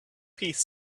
piece